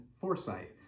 foresight